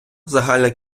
загальна